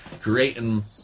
creating